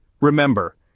Remember